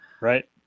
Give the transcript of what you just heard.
Right